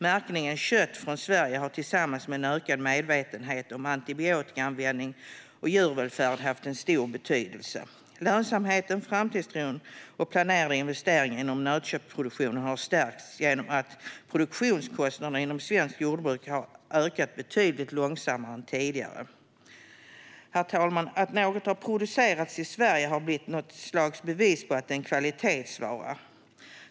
Märkningen Kött från Sverige har tillsammans med en ökad medvetenhet om antibiotikaanvändning och djurvälfärd haft en stor betydelse. Lönsamheten, framtidstron och planerade investeringar inom nötköttsproduktionen har stärkts genom att produktionskostnaderna inom svenskt jordbruk har ökat betydligt långsammare än tidigare. Herr talman! Att något har producerats i Sverige har blivit ett slags bevis på att det är en kvalitetsvara.